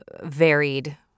varied